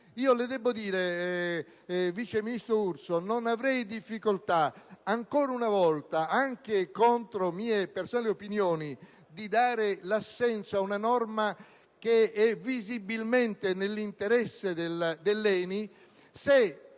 Debbo dire, vice ministro Urso, che non avrei difficoltà, ancora una volta, anche contro le mie personali opinioni, a dare l'assenso ad una norma che è visibilmente nell'interesse dell'ENI, se